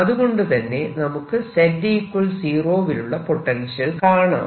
അതുകൊണ്ടുതന്നെ നമുക്ക് z 0 വിലുള്ള പൊട്ടൻഷ്യൽ കാണാം